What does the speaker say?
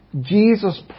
Jesus